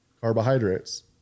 Carbohydrates